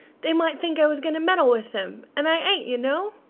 they might think i was going to meddle with them, and i ain't, you know.